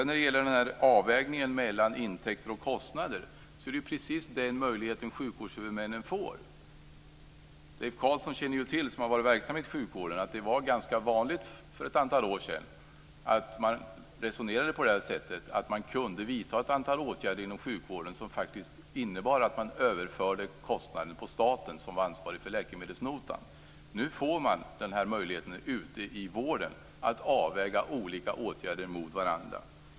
När det gäller avvägningen mellan intäkter och kostnader är det precis den möjligheten sjukvårdshuvudmännen får. Leif Carlson, som har varit verksam inom sjukvården, känner ju till att det var ganska vanligt för ett antal år sedan att man resonerade på det sättet att man kunde vidta ett antal åtgärder inom sjukvården som faktiskt innebar att man överförde kostnader på staten, som var ansvarig för läkemedelsnotan. Nu får man möjlighet i vården att väga olika åtgärder mot varandra.